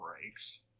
breaks